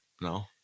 No